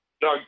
Doug